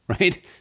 right